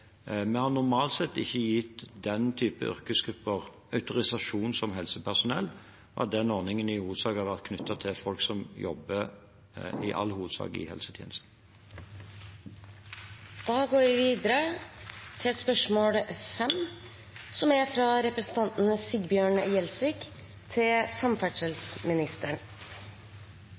vi har normalt ikke gitt den type yrkesgrupper autorisasjon som helsepersonell, fordi den ordningen i all hovedsak har vært knyttet til folk som jobber i helsetjenesten. «Per i dag er det kun to av Hurtigruten sine skip som er